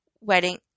wedding